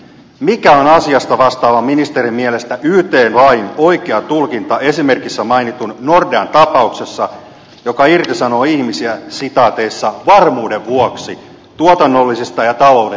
mikä on asiasta vastaavan ministerin mielestä yt lain oikea tulkinta esimerkissä mainitun nordean tapauksessa joka irtisanoo ihmisiä varmuuden vuoksi tuotannollisista ja tauolle